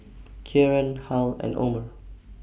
Kieran Harl and Omer